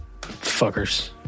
Fuckers